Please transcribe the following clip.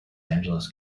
angeles